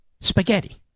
Spaghetti